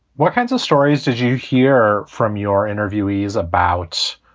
what kinds of stories did you hear from your interviewees about?